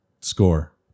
score